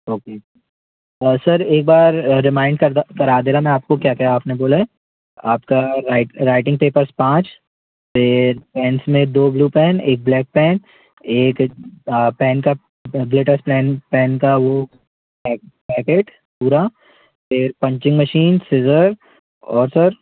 okay और sir एक बार रिमाइंड कर दा करा दे रहा मैं आपको क्या क्या आपने बोला है आपका राइट राइटिंग पेपर्स पाँच फिर पेन्स में दो ब्लू पेन एक ब्लैक पेन एक पेन का ग्लिटर्स प्लेन पेन का वो पैक पैकेट पूरा फिर पंचिंग मशीन सीज़र और सर